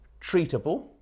treatable